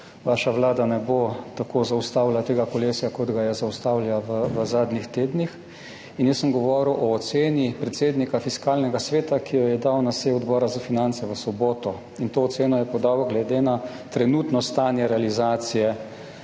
vaša vlada ne bo tako zaustavila tega kolesja, kot ga je zaustavila v zadnjih tednih. Jaz sem govoril o oceni predsednika Fiskalnega sveta, ki jo je dal na seji Odbora za finance v soboto, in to oceno je podal glede na trenutno stanje realizacije